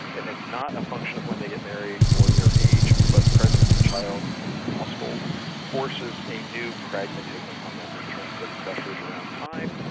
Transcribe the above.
and it's not a function of when they get married or their age, but presence of child in household forces a new pragmatism on them in terms of pressures around time,